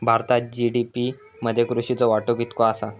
भारतात जी.डी.पी मध्ये कृषीचो वाटो कितको आसा?